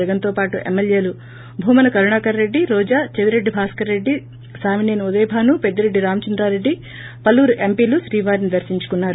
జగన్తో పాటు ఎమ్మెల్యేలు భూమన కరుణాకర్రెడ్డి రోజా చెవిరెడ్డి భాస్కర్రెడ్డి సామిసేని ఉదయభాను పెద్దిరెడ్డి రామచంద్రారెడ్డి పలువురు ఎంపీలు శ్రీవారిని దర్పించుకున్నారు